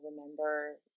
remember